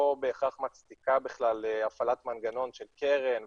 בהכרח מצדיקה בכלל הפעלת מנגנון של קרן,